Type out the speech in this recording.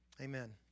Amen